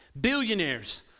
Billionaires